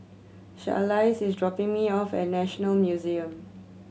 Charlize is dropping me off at National Museum